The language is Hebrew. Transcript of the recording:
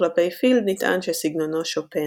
וכלפי פילד נטען שסגנונו שופני.